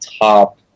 top